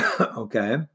okay